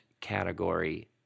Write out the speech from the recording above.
category